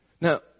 Now